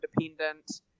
independent